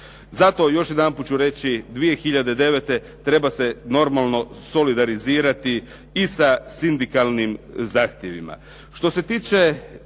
Zato još jedanput ću reći, 2009. trebalo se normalno solidarizirati i sa sindikalnim zahtjevima.